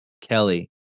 kelly